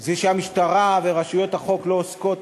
זה שהמשטרה ורשויות החוק לא עוסקות